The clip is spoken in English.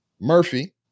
Murphy